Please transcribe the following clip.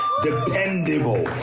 dependable